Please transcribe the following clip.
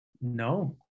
no